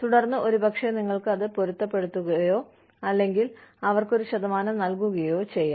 തുടർന്ന് ഒരുപക്ഷേ നിങ്ങൾക്ക് അത് പൊരുത്തപ്പെടുത്തുകയോ അല്ലെങ്കിൽ അവർക്ക് ഒരു ശതമാനം നൽകുകയോ ചെയ്യാം